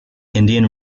indian